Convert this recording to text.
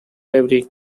library